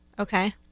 Okay